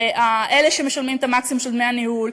אלה שמשלמים את המקסימום של דמי הניהול,